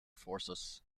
forces